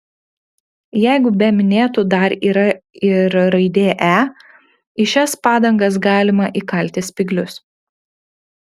jeigu be minėtų dar yra ir raidė e į šias padangas galima įkalti spyglius